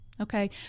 Okay